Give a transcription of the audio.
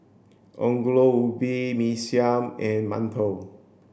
Ongol Ubi Mee Siam and Mantou